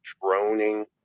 droning